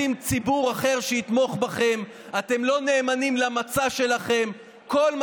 אין בעיה, הכול נשכח ונסלח, כל מה